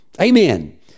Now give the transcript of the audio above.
Amen